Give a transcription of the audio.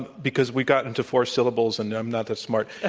because we got into four syllables and i'm not that smart. ah